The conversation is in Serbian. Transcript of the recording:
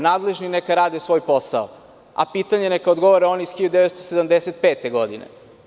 Nadležni neka rade svoj posao, a na pitanje neka odgovore oni iz 1975. godine.